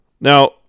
Now